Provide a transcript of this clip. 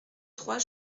trois